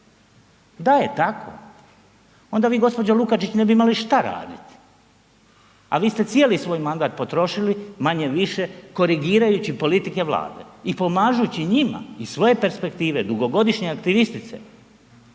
da je tako onda vi gđo. Lukačić ne bi imali šta radit, a vi ste cijeli svoj mandat potrošili manje-više korigirajući politike Vlade i pomažući njima iz svoje perspektive, dugogodišnje aktivistice,